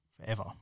forever